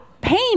pain